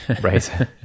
right